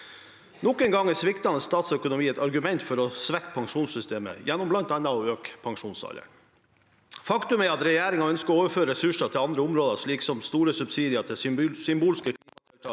Nok en gang er sviktende statsøkonomi et argument for å svekke pensjonssystemet gjennom bl.a. å øke pensjonsåret. Faktum er at regjeringen ønsker å overføre ressurser til andre områder, som store subsidier til symbolske klimatiltak